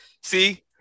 See